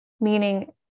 meaning